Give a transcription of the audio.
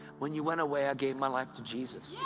when you went away, i gave my life to jesus.